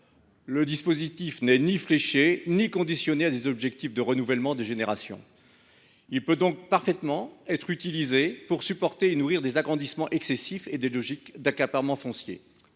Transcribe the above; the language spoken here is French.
Le dispositif n’étant ni fléché ni conditionné à des objectifs de renouvellement des générations, il peut parfaitement être utilisé pour supporter et nourrir des agrandissements excessifs et des logiques d’accaparement foncier.